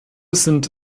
sind